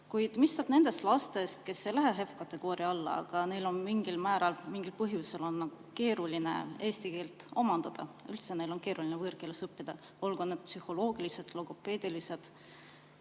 Kuid mis saab nendest lastest, kes ei lähe HEV-kategooria alla, aga neil on mingil muul põhjusel keeruline eesti keelt omandada? Üldse on neil keeruline võõrkeeles õppida, olgu psühholoogilisel või logopeedilisel